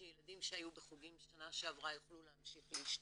שילדים שהיו בחוגים בשנה שעברה יוכלו להמשיך להשתתף,